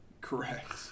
Correct